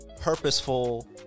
Purposeful